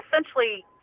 essentially